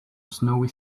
snowy